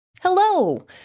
Hello